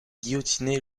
guillotiné